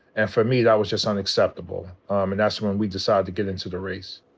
and for me that was just unacceptable. and that's when we decided to get into the race.